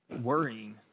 worrying